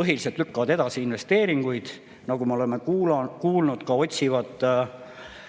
põhiliselt lükkavad edasi investeeringuid. Nagu me oleme kuulnud, otsivad